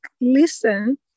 listen